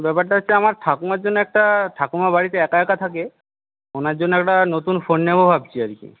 ব্যাপারটা হচ্ছে আমার ঠাকুমার জন্য একটা ঠাকুমা বাড়িতে একা একা থাকে ওনার জন্য একটা নতুন ফোন নেবো ভাবছি আর কি